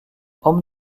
homme